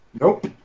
Nope